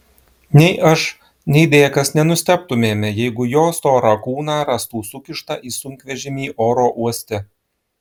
nei aš nei dėkas nenustebtumėme jeigu jo storą kūną rastų sukištą į sunkvežimį oro uoste